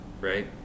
right